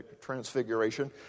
Transfiguration